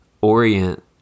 orient